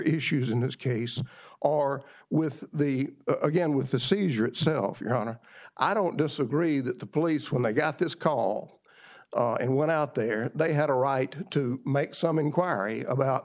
issues in this case are with the again with the seizure itself your honor i don't disagree that the police when they got this call and went out there they had a right to make some inquiry about